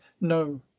no